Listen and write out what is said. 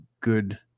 good